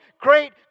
great